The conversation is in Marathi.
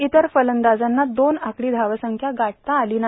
इतर फलंदाजांना दोन आकडी धावसंख्याही गाठता आली नाही